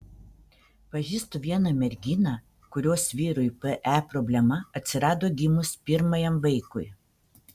pažįstu vieną merginą kurios vyrui pe problema atsirado gimus pirmajam vaikui